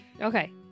Okay